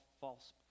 false